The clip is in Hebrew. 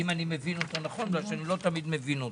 אם אני מבין אותו נכון אני לא תמיד מבין אותו.